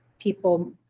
people